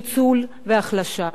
ניצול והחלשה.